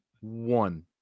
one